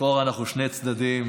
לכאורה אנחנו שני צדדים,